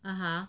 (uh huh)